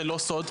זה לא סוד,